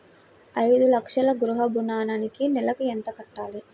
ఐదు లక్షల గృహ ఋణానికి నెలకి ఎంత కట్టాలి?